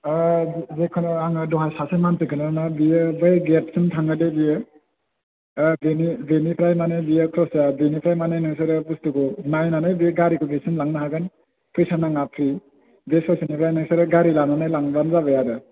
ओ जेखुनु आङो दहाय सासे मानसिखौनो बियो बै गेटसिम थांहोदो बियो दा बेनिफ्राय माने बियो ससे माने बेनिफ्राय नोंसोरो बुस्थुखौ नायनानै बे गारिखौ बेसिम लांनो हागोन फैसा नाङा फ्रि बे ससेनिफ्राय नोंसोरो गारि लानानै लांबानो जाबाय आरो